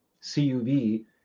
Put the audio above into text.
C-U-V